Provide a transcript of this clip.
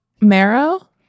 marrow